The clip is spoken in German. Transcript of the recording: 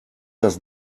das